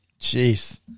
Jeez